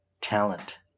talent